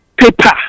Paper